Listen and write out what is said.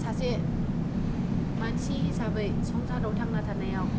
सासे मानसि हिसाबै संसाराव थांना थानायाव